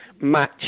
match